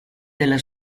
della